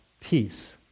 peace